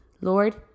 Lord